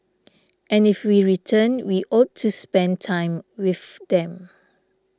and if we return we ought to spend time with them